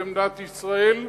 במדינת ישראל,